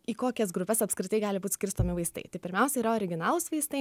į kokias grupes apskritai gali būt skirstomi vaistai tai pirmiausia yra originalūs vaistai